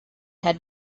had